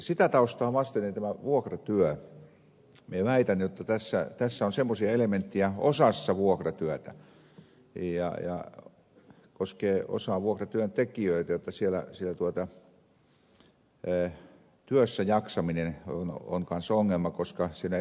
sitä taustaa vasten tämä vuokratyö minä väitän jotta tässä on semmoisia elementtejä osassa vuokratyötä ja ne koskevat osaa vuokratyöntekijöitä jotta siellä työssäjaksaminen on ongelma koska siellä eletään epävarmuudessa